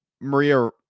Maria